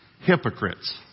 hypocrites